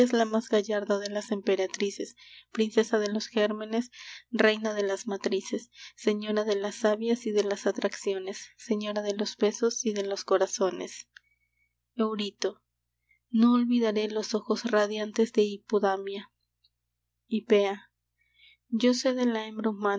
la más gallarda de las emperatrices princesa de los gérmenes reina de las matrices señora de las savias y de las atracciones señora de los besos y de los corazones euirito no olvidaré los ojos radiantes de hipodamia hipea yo sé de